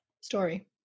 story